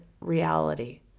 reality